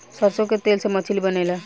सरसों के तेल से मछली बनेले